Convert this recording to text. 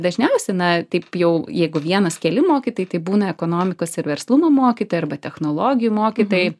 dažniausiai na taip jau jeigu vienas keli mokytojai tai būna ekonomikos ir verslumo mokytojai arba technologijų mokytojai